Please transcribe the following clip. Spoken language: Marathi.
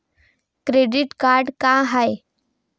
क्रेडिट कार्ड का हाय?